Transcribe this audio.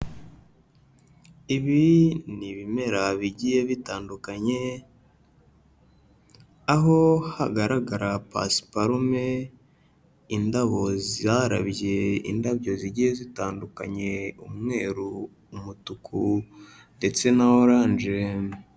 Ibi ni ibimera bigiye bitandukanye, aho hagaragara pasiparume, indabo zarabye indabyo zigiye zitandukanye, umweru, umutuku, ndetse na oranje.